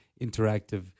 interactive